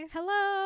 Hello